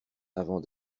avant